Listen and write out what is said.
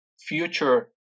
future